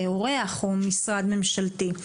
אורח או משרד ממשלתי,